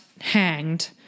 hanged